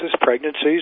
pregnancies